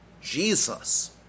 Jesus